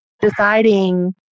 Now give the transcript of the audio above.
Deciding